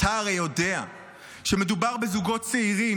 אתה הרי יודע שמדובר בזוגות צעירים,